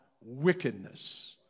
wickedness